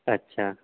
अच्छा अच्छा